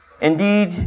Indeed